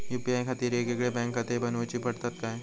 UPI खातीर येगयेगळे बँकखाते बनऊची पडतात काय?